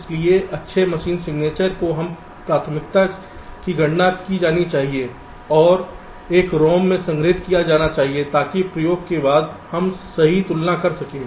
इसलिए अच्छे machine signature को एक प्राथमिकता की गणना की जानी चाहिए और एक ROM में संग्रहीत किया जाना चाहिए ताकि प्रयोग के बाद हम सही तुलना कर सकें